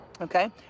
okay